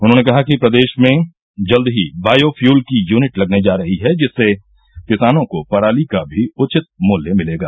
उन्होंने कहा कि प्रदेश में जल्द ही बायो फ्यूल की यूनिट लगने जा रही जिससे किसानों को पराली का भी उचित मूल्य मिलेगा